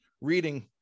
reading